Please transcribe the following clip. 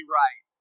right